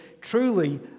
Truly